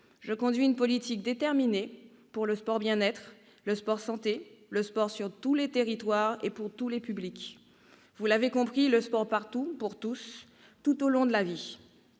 Je conduis une politique déterminée pour le sport bien-être, le sport santé, le sport sur tous les territoires et pour tous les publics, bref, vous l'avez compris, pour le sport partout, pour tous et tout au long de la vie.